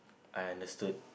I understood